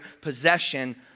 possession